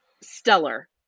stellar